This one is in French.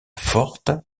forte